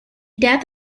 death